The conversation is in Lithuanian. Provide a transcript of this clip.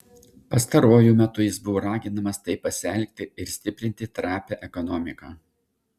pastaruoju metu jis buvo raginamas taip pasielgti ir stiprinti trapią ekonomiką